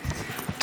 בהצלחה.